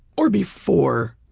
or before.